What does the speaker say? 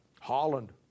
Holland